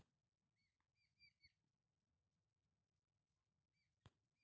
क्या कृषि उपकरणों को मैं ऑनलाइन बुक करके खरीद सकता हूँ?